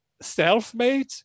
self-made